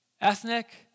ethnic